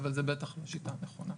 אבל זה בטח לא שיטה נכונה.